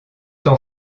t’en